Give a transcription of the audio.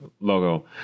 logo